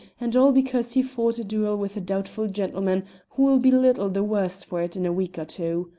and all because he fought a duel with a doubtful gentleman who will be little the worse for it in a week or two.